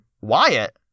Wyatt